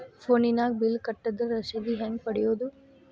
ಫೋನಿನಾಗ ಬಿಲ್ ಕಟ್ಟದ್ರ ರಶೇದಿ ಹೆಂಗ್ ಪಡೆಯೋದು?